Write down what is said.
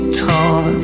torn